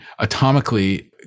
atomically